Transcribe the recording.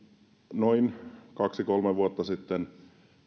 noin kaksi kolme vuotta sitten